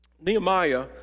Nehemiah